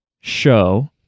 show